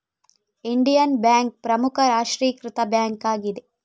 Indian Bank ಪ್ರಮುಖ ರಾಷ್ಟ್ರೀಕೃತ bank ಆಗಿದೆ